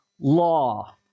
law